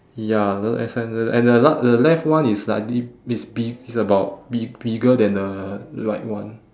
ya the as and the and the la~ the left one is slightly is bi~ is about bi~ bigger than the right one